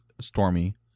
stormy